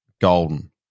golden